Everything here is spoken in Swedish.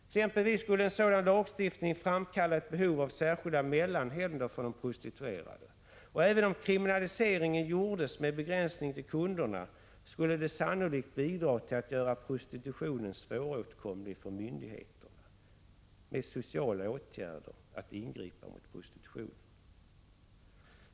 Exempelvis skulle en sådan lagstiftning framkalla ett behov av särskilda mellanhänder för de prostituerade, och även om kriminaliseringen gjordes med begränsning till kunderna skulle det sannolikt bidra till att göra prostitutionen svåråtkomlig och motverka myndigheternas försök att med sociala åtgärder ingripa mot prostitutionen.